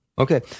Okay